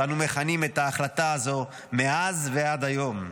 אנו מכנים את ההחלטה הזו מאז ועד היום.